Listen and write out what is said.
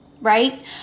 Right